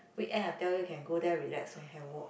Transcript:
weekend I tell you can go there relax and have walk